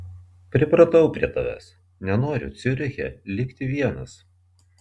pripratau prie tavęs nenoriu ciuriche likti vienas